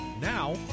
Now